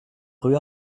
rue